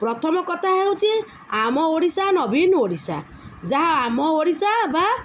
ପ୍ରଥମ କଥା ହେଉଛିି ଆମ ଓଡ଼ିଶା ନବୀନ ଓଡ଼ିଶା ଯାହା ଆମ ଓଡ଼ିଶା ବା